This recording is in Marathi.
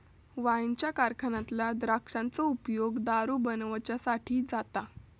वाईनच्या कारखान्यातल्या द्राक्षांचो उपयोग दारू बनवच्यासाठी जाता